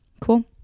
Cool